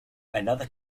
another